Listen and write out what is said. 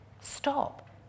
stop